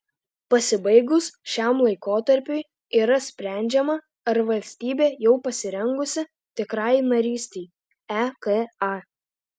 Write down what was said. pasibaigus šiam laikotarpiui yra sprendžiama ar valstybė jau pasirengusi tikrajai narystei eka